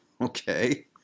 okay